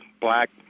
black